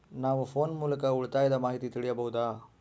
ನಾವು ಫೋನ್ ಮೂಲಕ ಉಳಿತಾಯದ ಮಾಹಿತಿ ತಿಳಿಯಬಹುದಾ?